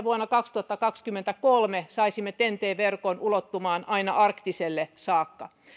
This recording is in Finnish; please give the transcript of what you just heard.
vuonna kaksituhattakaksikymmentäkolme saisimme ten t verkon ulottumaan aina arktiselle alueelle saakka